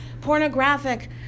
pornographic